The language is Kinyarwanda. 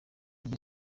iryo